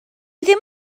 ddim